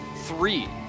three